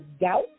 doubt